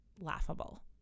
laughable